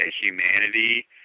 humanity